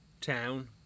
town